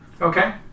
Okay